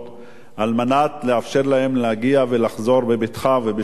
על מנת לאפשר להם להגיע ולחזור בבטחה ובשלום לבתיהם.